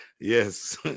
yes